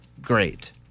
great